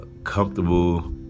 comfortable